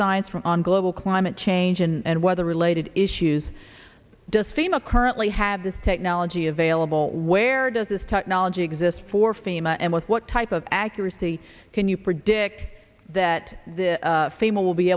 science from on global climate change and weather related issues does fema currently have this technology available where does this technology exist for fema and with what type of accuracy can you predict that fame will be